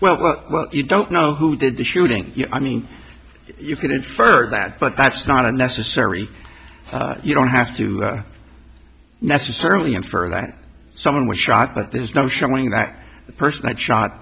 with well you don't know who did the shooting i mean you can infer that but that's not a necessary you don't have to necessarily infer that someone was shot but there's no showing that the person that shot